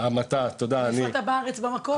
מאיפה אתה בארץ במקור?